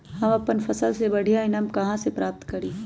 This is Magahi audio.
हम अपन फसल से बढ़िया ईनाम कहाँ से प्राप्त करी?